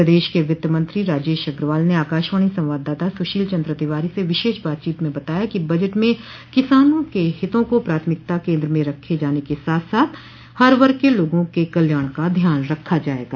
प्रदेश के वित्त मंत्री राजेश अग्रवाल ने आकाशवाणी संवाददाता सुशील चन्द्र तिवारी से विशेष बातचीत में बताया कि बजट में किसानों के हितों को प्राथमिकता के केन्द्र में रखे जाने के साथ साथ हर वर्ग के लोगों के कल्याण का ध्यान रखा जायेगा